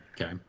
Okay